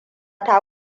ta